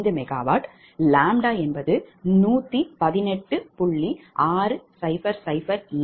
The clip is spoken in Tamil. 6007 𝑅s𝑀Wℎ𝑟 என்று பெறுவோம்